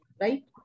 Right